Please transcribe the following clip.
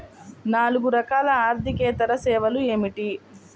నాలుగు రకాల ఆర్థికేతర సేవలు ఏమిటీ?